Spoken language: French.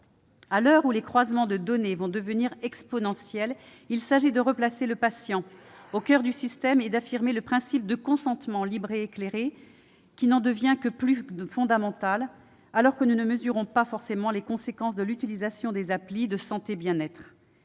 À l'heure où les croisements de données vont devenir exponentiels, il s'agit de replacer le patient au coeur du système et d'affirmer le principe de consentement libre et éclairé, qui n'en devient que plus fondamental alors que nous ne mesurons pas forcément les conséquences de l'utilisation des « applis » de santé et de bien-être.